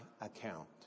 account